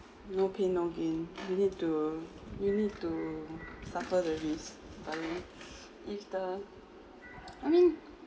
no pain no gain you need to you need to suffer the risk darling if the I mean